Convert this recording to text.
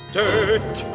dirt